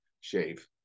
Shave